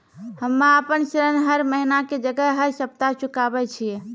हम्मे आपन ऋण हर महीना के जगह हर सप्ताह चुकाबै छिये